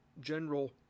General